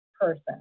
person